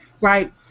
right